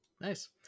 Nice